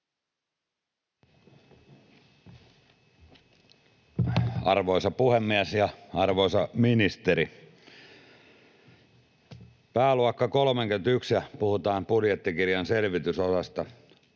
Arvoisa puhemies ja arvoisa ministeri! Pääluokka 31, ja puhutaan budjettikirjan selvitysosasta.